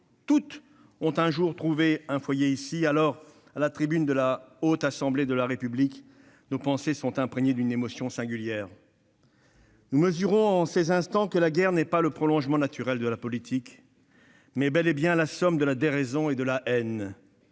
Toutes ont un jour trouvé un foyer dans notre pays. Alors, en m'exprimant à la tribune de la Haute Assemblée de la République, mes pensées sont imprégnées d'une émotion singulière. Nous mesurons en ces instants que la guerre n'est pas le prolongement naturel de la politique, mais bel et bien la somme de la déraison et de la haine.